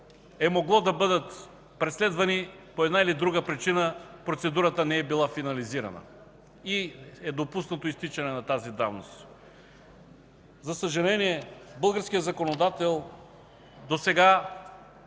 е могло да бъдат преследвани, по една или друга причина процедурата не е била финализирана, и е допуснато изтичане на тази давност. За съжаление, българският законодател досега